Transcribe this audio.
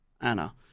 Anna